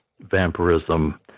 vampirism